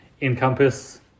encompass